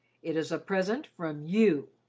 it is a present from you.